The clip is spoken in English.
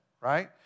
right